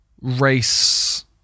race